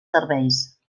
serveis